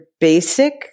basic